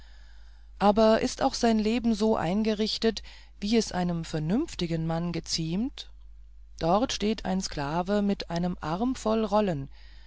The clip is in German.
aber ist auch sein leben so eingerichtet wie es einem vernünftigen mann geziemt dort steht ein sklave mit einem ganzen arm voll rollen